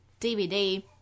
DVD